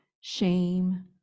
shame